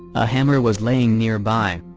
a hammer was laying nearby.